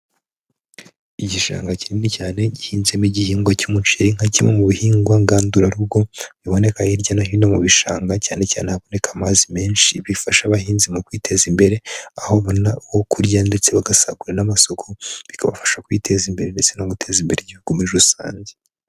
Igishanga kinini cyane gihinzemo igihingwa cy'umuceri, nka kimwe mu bihingwa ngandurarugo biboneka hirya no hino mu bishanga cyane cyane ahaboneka amazi menshi. bifasha abahinzi mu kwiteza imbere, aho babona uwo kurya ndetse bagasagurira n'amasoko, bikabafasha kwiteza imbere ndetse no guteza imbere igihugu muri rusange.